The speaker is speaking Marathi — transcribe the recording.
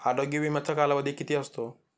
आरोग्य विम्याचा कालावधी किती असतो?